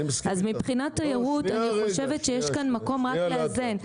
אז מבחינת תיירות, אני חושבת שיש כאן מקום לאזן.